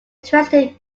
interested